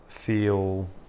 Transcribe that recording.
Feel